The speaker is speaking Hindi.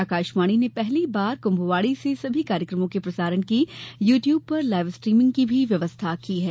आकाशवाणी ने पहली बार कुम्भवाणी से सभी कार्यक्रमों के प्रसारण की यू ट्यूब पर लाइव स्ट्रीमिंग की भी व्यवस्था की है